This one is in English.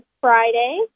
Friday